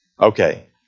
okay